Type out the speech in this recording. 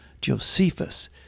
Josephus